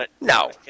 No